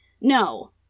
no